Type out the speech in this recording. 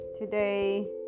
today